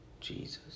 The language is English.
Jesus